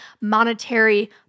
monetary